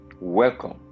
Welcome